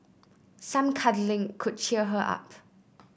some cuddling could cheer her up